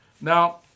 Now